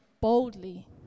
boldly